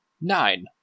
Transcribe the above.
Nine